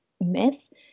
myth